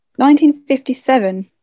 1957